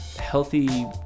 healthy